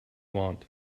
want